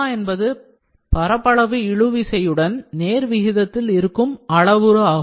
என்பது பரப்பளவு இழுவிசையுடன் நேர்விகிதத்தில் இருக்கும் அளவுரு ஆகும்